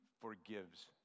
forgives